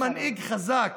בין מנהיג חזק